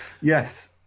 yes